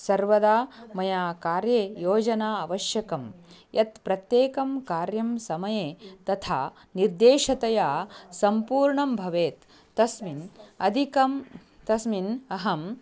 सर्वदा मया कार्ये योजना आवश्यकी यत् प्रत्येकं कार्यं समये तथा निर्देशतया सम्पूर्णं भवेत् तस्मिन् अधिकं तस्मिन् अहम्